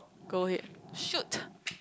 go ahead shoot